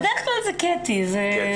בדרך כלל זה קטי (בסגול).